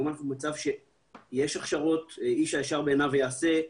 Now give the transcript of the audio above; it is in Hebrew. היום אנחנו במצב שיש הכשרות ואיש הישר בעיניו יעשה,